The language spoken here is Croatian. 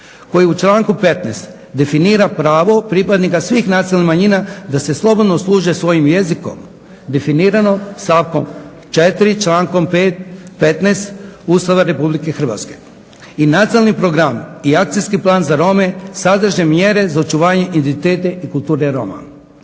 koji u članku 15. definira pravo pripadnika svih nacionalnih manjina da se slobodno služe svojim jezikom, definirano stavkom 4. člankom 15. Ustava Republika Hrvatske i nacionalni program i Akcijski plan za Rome sadrže mjere za očuvanje identiteta i kulture Roma.